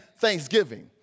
thanksgiving